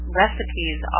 recipes